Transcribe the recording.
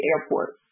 airport